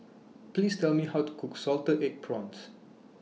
Please Tell Me How to Cook Salted Egg Prawns